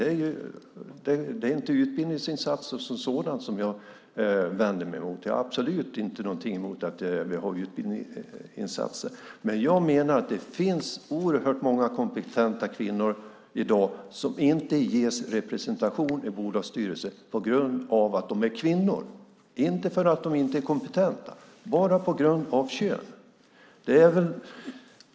Det är inte utbildningsinsatser som sådana som jag vänder mig mot. Jag har absolut inte något emot utbildningsinsatser. Men jag menar att det finns oerhört många kompetenta kvinnor i dag som inte ges representation i bolagsstyrelser på grund av att de är kvinnor, inte för att de inte är kompetenta - bara på grund av kön.